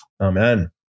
Amen